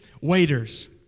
waiters